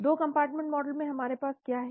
2 compartment model में हमारे पास क्या है